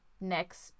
next